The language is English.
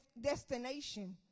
destination